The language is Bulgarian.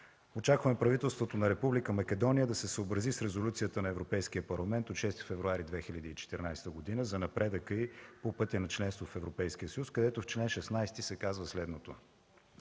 Очакваме правителството на Република Македония да се съобрази с резолюцията на Европейския парламент от 6 февруари 2014 г. за напредъка й по пътя на членство в Европейския съюз, където в чл. 16 се казва следното: